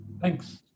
Thanks